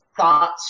thoughts